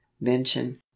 mention